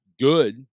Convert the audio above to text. good